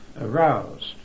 aroused